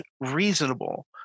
reasonable